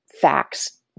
facts